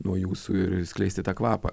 nuo jūsų ir ir skleisti tą kvapą